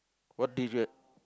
what did you e~